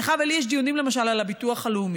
לך ולי יש דיונים, למשל, על הביטוח הלאומי.